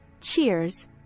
Cheers